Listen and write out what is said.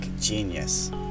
genius